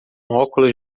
óculos